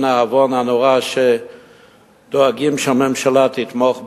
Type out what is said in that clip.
העוון הנורא שדואגים שהממשלה תתמוך באברכים,